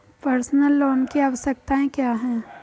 Personal loan की आवश्यकताएं क्या हैं?